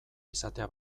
izatea